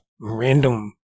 random